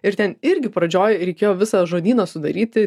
ir ten irgi pradžioj reikėjo visą žodyną sudaryti